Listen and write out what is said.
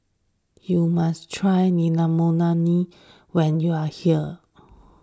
you must try Naengmyeon when you are here